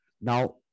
Now